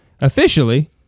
Officially